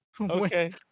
okay